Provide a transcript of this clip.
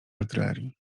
artylerii